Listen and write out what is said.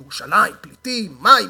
ירושלים, פליטים, מים.